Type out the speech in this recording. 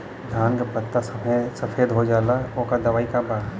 धान के पत्ता सफेद हो जाला ओकर दवाई का बा?